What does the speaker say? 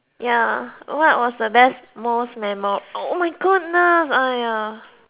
ya what was the best most memo~ oh my goodness !aiya!